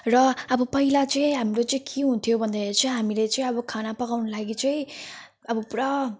र अब पहिला चाहिँ हाम्रो चाहिँ के हुन्थ्यो भन्दाखेरि चाहिँ हामीले चाहिँ अब खाना पकाउनु लागि चाहिँ अब पुरा